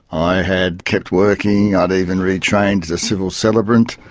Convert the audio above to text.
i had kept working, i'd even retrained as a civil celebrant,